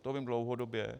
To vím dlouhodobě.